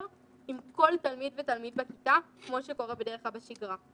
עם כל תלמיד ותלמיד בכיתה כמו שקורה בדרך כלל בשגרה.